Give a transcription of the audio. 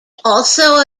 also